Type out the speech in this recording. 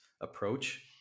approach